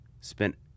spent